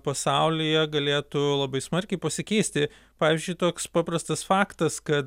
pasaulyje galėtų labai smarkiai pasikeisti pavyzdžiui toks paprastas faktas kad